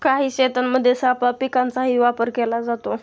काही शेतांमध्ये सापळा पिकांचाही वापर केला जातो